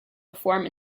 reform